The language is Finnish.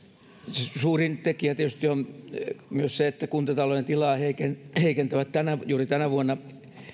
suuri tekijä tietysti on myös se että kuntatalouden tilaa heikentävät heikentävät juuri tänä vuonna